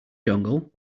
dongle